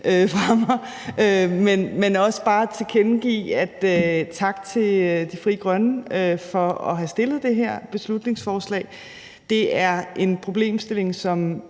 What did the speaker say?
fra mig, men også bare tilkendegive en tak til Frie Grønne for at have fremsat det her beslutningsforslag. Det er en problemstilling, som